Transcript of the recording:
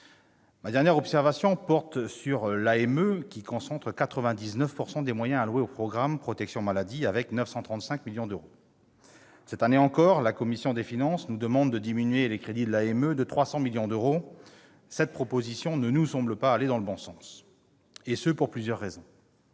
Ma dernière observation porte sur l'AME, qui concentre 99 % des moyens alloués au programme « Protection maladie », avec 935 millions d'euros. Cette année encore, la commission des finances nous demande de diminuer les crédits de l'AME de 300 millions d'euros. Cette proposition ne nous semble pas aller dans le bon sens, et ce pour plusieurs raisons.